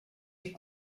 est